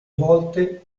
volte